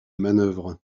manœuvre